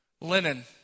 Linen